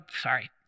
sorry